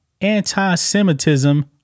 anti-Semitism